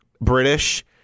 British